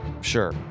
Sure